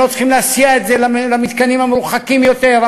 הם לא צריכים להסיע את זה למתקנים המרוחקים יותר,